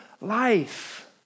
life